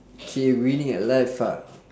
K winning at life ah